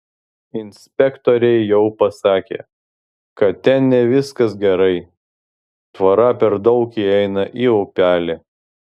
inspektoriai jau pasakė kad ten ne viskas gerai tvora per daug įeina į upelį